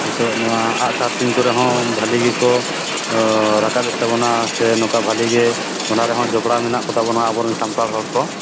ᱱᱤᱛᱚᱜ ᱱᱚᱣᱟ ᱟᱜᱼᱥᱟᱨ ᱛᱩᱧ ᱠᱚᱨᱮ ᱦᱚᱸ ᱵᱷᱟᱹᱞᱤ ᱜᱮᱠᱚ ᱨᱟᱠᱟᱵᱮᱫ ᱛᱟᱵᱚᱱᱟ ᱥᱮ ᱱᱚᱠᱟ ᱵᱷᱟᱹᱞᱤ ᱜᱮ ᱚᱱᱟ ᱨᱮᱦᱚᱸ ᱡᱚᱯᱲᱟᱣ ᱢᱮᱱᱟᱜ ᱠᱚᱛᱟ ᱵᱚᱱᱟ ᱟᱵᱚ ᱨᱮᱱ ᱥᱟᱱᱛᱟᱲ ᱦᱚᱲ ᱠᱚ